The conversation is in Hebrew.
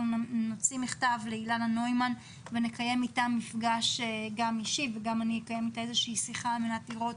נוציא מכתב לאילנה נוימן ונקיים אתה מפגש אישי או שיחה על מנת לראות